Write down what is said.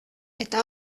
eta